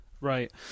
Right